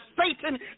Satan